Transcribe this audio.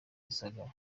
gisagara